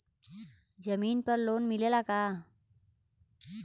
जमीन पर लोन मिलेला का?